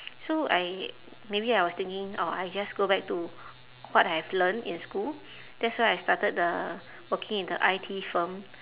so I maybe I was thinking oh I just go back to what I have learnt in school that's why I started the working in the I_T firm